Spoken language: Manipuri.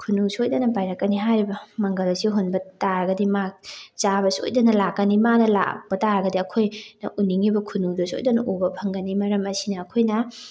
ꯈꯨꯅꯨ ꯁꯣꯏꯗꯅ ꯄꯥꯏꯔꯛꯀꯅꯤ ꯍꯥꯏꯔꯤꯕ ꯃꯪꯒꯜ ꯑꯁꯤ ꯍꯨꯟꯕ ꯇꯥꯔꯒꯗꯤ ꯃꯥ ꯆꯥꯕ ꯁꯣꯏꯗꯅ ꯂꯥꯛꯀꯅꯤ ꯃꯥꯅ ꯂꯥꯛꯄ ꯇꯥꯔꯒꯗꯤ ꯑꯩꯈꯣꯏꯅ ꯎꯅꯤꯡꯉꯤꯕ ꯈꯨꯅꯨꯗꯨ ꯁꯣꯏꯗꯅ ꯎꯕ ꯐꯪꯒꯅꯤ ꯃꯔꯝ ꯑꯁꯤꯅ ꯑꯩꯈꯣꯏꯅ